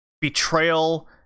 betrayal